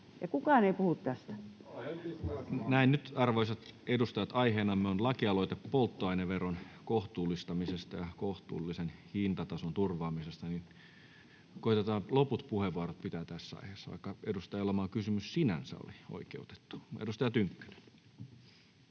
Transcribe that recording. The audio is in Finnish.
16:35 Content: Näin. — Nyt, arvoisat edustajat, aiheenamme on lakialoite polttoaineveron kohtuullistamisesta ja kohtuullisen hintatason turvaamisesta. Koetetaan pitää loput puheenvuorot tässä aiheessa, vaikka edustaja Elomaan kysymys sinänsä oli oikeutettu. — Edustaja Tynkkynen.